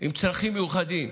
עם צרכים מיוחדים,